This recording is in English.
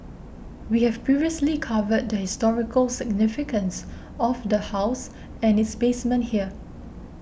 we have previously covered the historical significance of the house and its basement here